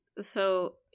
So-